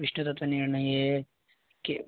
विष्णुतत्वनिर्णये किं